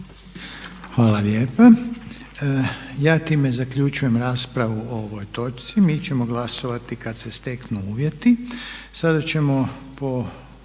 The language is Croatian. Hvala lijepa. Ja time zaključujem raspravu o ovoj točci. Mi ćemo glasovati kad se steknu uvjeti.